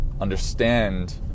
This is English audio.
Understand